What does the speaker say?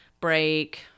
break